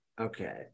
Okay